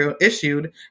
issued